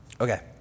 Okay